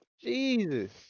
Jesus